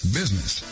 business